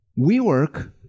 WeWork